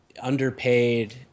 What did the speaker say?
underpaid